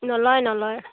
নলয় নলয়